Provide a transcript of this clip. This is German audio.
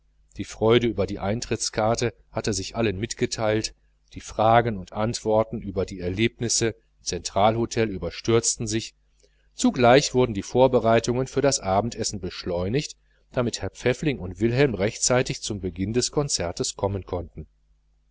die freude über das konzertbillet hatte sich allen mitgeteilt die fragen und antworten über die erlebnisse im zentralhotel überstürzten sich zugleich wurden die vorbereitungen für das abendessen beschleunigt damit herr pfäffling und wilhelm rechtzeitig zum beginn des konzertes kommen konnten